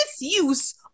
misuse